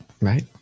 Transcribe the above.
Right